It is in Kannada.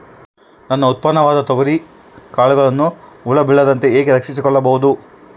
ನನ್ನ ಉತ್ಪನ್ನವಾದ ತೊಗರಿಯ ಕಾಳುಗಳನ್ನು ಹುಳ ಬೇಳದಂತೆ ಹೇಗೆ ರಕ್ಷಿಸಿಕೊಳ್ಳಬಹುದು?